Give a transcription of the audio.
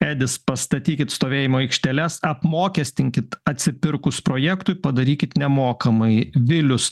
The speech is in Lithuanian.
edis pastatykit stovėjimo aikšteles apmokestinkit atsipirkus projektui padarykit nemokamai vilius